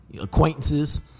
Acquaintances